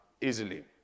easily